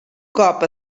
cop